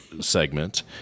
segment